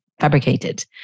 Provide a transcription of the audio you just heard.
fabricated